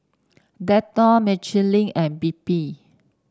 Dettol Michelin and Bebe